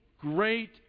great